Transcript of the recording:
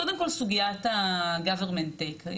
קודם כל סוגיית ה- government takt,